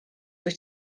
wyt